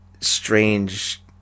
strange